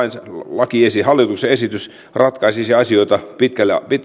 hallituksen esitys ratkaisisi asioita